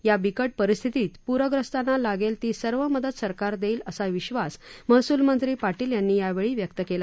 या बिकट परिस्थितीत पूरग्रस्तांना लागेल ती सर्व मदत सरकार देईल असा विश्वास महसूलमंत्री पाटील यांनी यावेळी व्यक्त केला